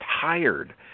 tired